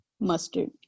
mustard